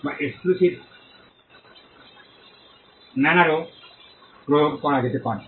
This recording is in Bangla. বা এটি এক্সকুসিভ ম্যানরে প্রয়োগ করা যেতে পারে